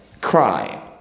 cry